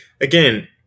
again